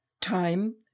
Time